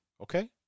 okay